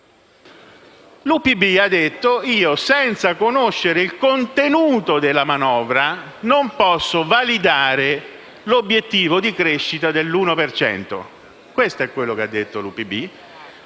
volta ha detto che, senza conoscere il contenuto della manovra, non può validare l'obiettivo di crescita dell'1 per cento. Questo è quanto ha detto l'UPB.